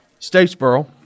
Statesboro